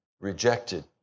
rejected